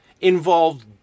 involved